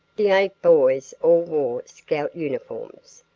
the eight boys all wore scout uniforms.